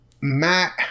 Matt